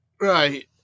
Right